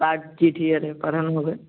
card চিঠি আরে পাঠানো হবে